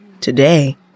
Today